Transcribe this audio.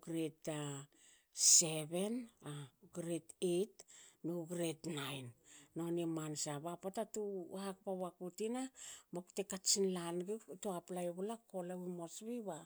grade a seven, grade eight nu grade nine noni mansa. Ba pota tu haka waku tina bakute katsin lanigi tu apply wola kola wi mosbi ba